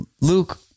Luke